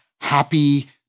happy